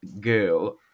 girl